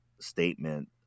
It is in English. statement